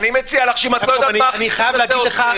אני מציע לך שאם את לא יודעת מה החיסון הזה עושה